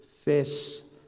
face